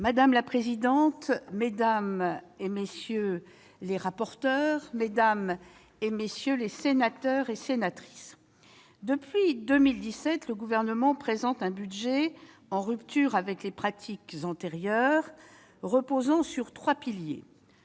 Madame la présidente, messieurs les rapporteurs, mesdames, messieurs les sénateurs, depuis 2017, le Gouvernement présente des budgets en rupture avec les pratiques antérieures et reposant sur trois piliers